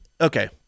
Okay